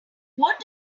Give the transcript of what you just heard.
what